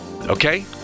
Okay